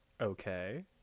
Okay